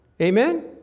Amen